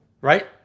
right